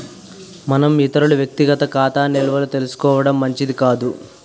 మనం ఇతరుల వ్యక్తిగత ఖాతా నిల్వలు తెలుసుకోవడం మంచిది కాదు